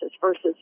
versus